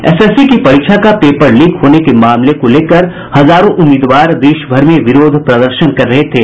SSC की परीक्षा का पेपर लीक होने के मामले को लेकर हज़ारों उम्मीदवार देशभर में विरोध प्रदर्शन कर रहे थे